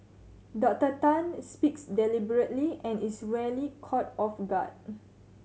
Doctor Tan speaks deliberately and is rarely caught off guard